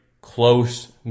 close